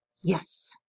yes